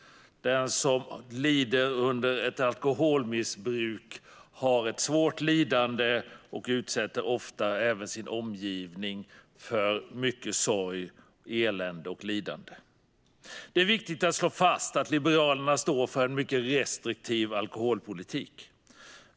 Den som lider under ett alkoholmissbruk har ett svårt lidande och utsätter ofta även sin omgivning för mycket sorg, elände och lidande. Det är viktigt att slå fast att Liberalerna står för en mycket restriktiv alkoholpolitik.